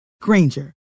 Granger